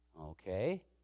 Okay